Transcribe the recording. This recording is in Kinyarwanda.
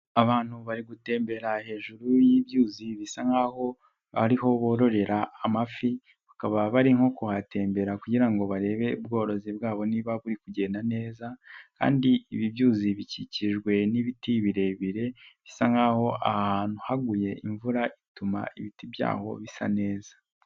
Abantu bari gutembera hejuru y'ibyuzi bisa nkaho ariho bororera amafi, bakaba bari nko kuhatemberera kugira ngo barebe ubworozi bwabo niba buri kugenda neza kandi ibi byuzi bikikijwe n'ibiti birebire, bisa nkaho ahantu haguye imvura ituma ibiti byaho bisa neza.